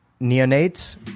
neonates